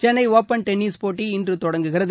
Chennai open tennis போட்டி இன்று தொடங்குகிறது